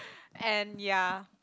and ya